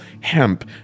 hemp